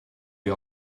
wir